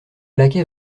laquais